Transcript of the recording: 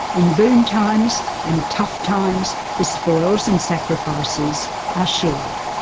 in boom times and tough times the spoils and sacrifices are shared.